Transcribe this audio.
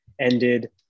ended